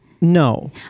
no